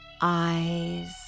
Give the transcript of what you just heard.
eyes